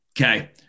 Okay